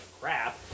crap